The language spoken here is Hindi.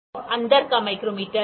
यह अंदर का माइक्रोमीटर है